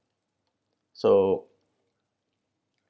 so